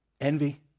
envy